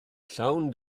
llawn